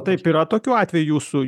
taip yra tokių atvejų jūsų